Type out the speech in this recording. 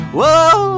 Whoa